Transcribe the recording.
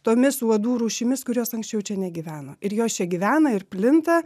tomis uodų rūšimis kurios anksčiau čia negyveno ir jos čia gyvena ir plinta